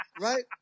Right